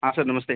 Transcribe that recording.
हाँ सर नमस्ते